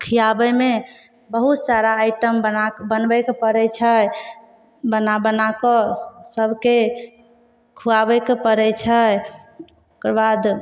खुआबैमे बहुत सारा आइटम बनाकऽ बनबैके पड़ै छै बना बनाकऽ स सभके खुआबैके पड़ै छै ओकरबाद